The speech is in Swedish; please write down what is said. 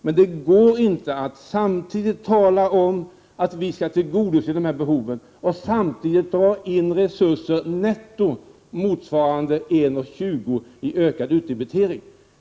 Men det går inte att säga att de behov som finns skall tillgodoses, samtidigt som resurser dras in motsvarande netto 1:20 kr. i ökad utdebitering.